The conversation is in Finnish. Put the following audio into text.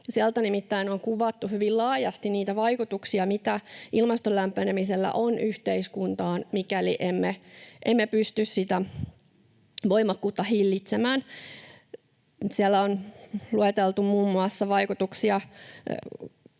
nimittäin on kuvattu hyvin laajasti niitä vaikutuksia, mitä ilmaston lämpenemisellä on yhteiskuntaan, mikäli emme pysty sitä voimakkuutta hillitsemään. Siellä on lueteltu muun muassa vaikutuksia